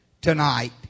tonight